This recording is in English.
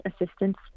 assistance